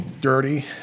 dirty